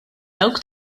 dawk